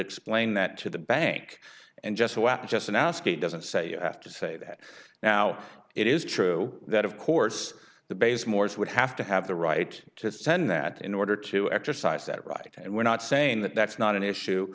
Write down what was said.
explain that to the bank and just go at justin ask it doesn't say you have to say that now it is true that of course the base morse would have to have the right to send that in order to exercise that right and we're not saying that that's not an issue